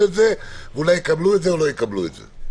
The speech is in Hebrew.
את זה ואולי יקבלו את זה או לא יקבלו את זה.